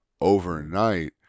overnight